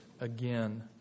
again